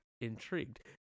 intrigued